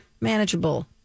manageable